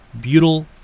butyl